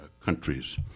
countries